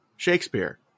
Shakespeare